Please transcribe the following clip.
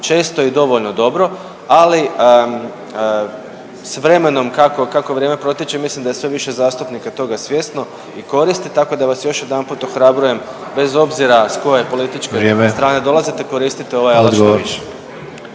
često i dovoljno dobro, ali s vremenom kako vrijeme protječe mislim da je sve više zastupnika toga svjesno i koristi tako da vas još jedanput ohrabrujem bez obzira s koje političke …/Upadica: Vrijeme./… strane dolazite koristite ovaj alat što više.